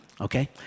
Okay